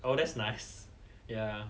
oh that's nice ya